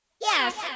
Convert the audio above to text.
Yes